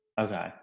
Okay